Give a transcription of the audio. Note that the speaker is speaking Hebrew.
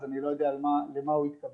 אז אני לא יודע למה הוא התכוון,